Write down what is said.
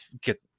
get